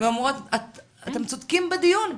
ואומרות אתם צודקים בדיון,